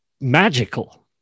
magical